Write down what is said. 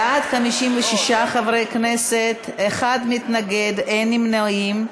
בעד, 56 חברי כנסת, אחד מתנגד, אין נמנעים.